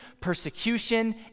persecution